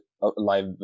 live